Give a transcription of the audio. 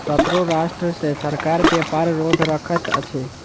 शत्रु राष्ट्र सॅ सरकार व्यापार रोध रखैत अछि